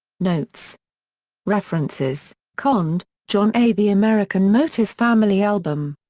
notes references conde, john a. the american motors family album.